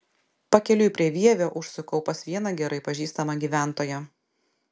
pakeliui prie vievio užsukau pas vieną gerai pažįstamą gyventoją